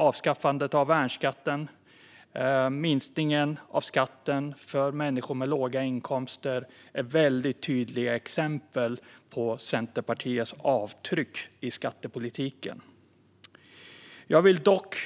Avskaffandet av värnskatten och sänkningen av skatten för människor med låga inkomster är väldigt tydliga exempel på Centerpartiets avtryck i skattepolitiken. Jag vill dock